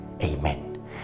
Amen